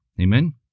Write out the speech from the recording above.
Amen